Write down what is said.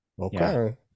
okay